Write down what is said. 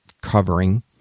covering